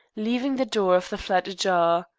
leaving the door of the flat ajar.